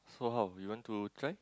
so how you want to try